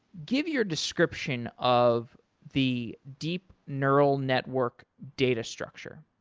give your description of the deep neural network data structure.